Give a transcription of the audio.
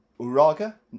Uraga